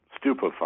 stupefy